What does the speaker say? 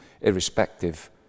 irrespective